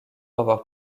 avoir